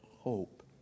Hope